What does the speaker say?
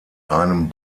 einem